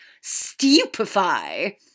Stupefy